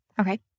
Okay